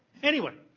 anyway,